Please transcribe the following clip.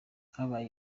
habaye